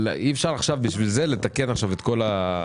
אבל אי-אפשר בשביל זה לתקן את הכול.